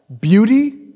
Beauty